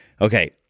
Okay